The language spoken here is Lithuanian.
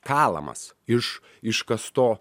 kalamas iš iškasto